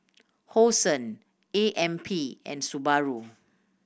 Hosen A M P and Subaru